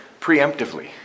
preemptively